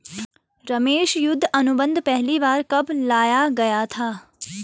रमेश युद्ध अनुबंध पहली बार कब लाया गया था?